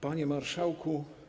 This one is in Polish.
Panie Marszałku!